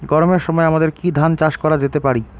গরমের সময় আমাদের কি ধান চাষ করা যেতে পারি?